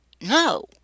No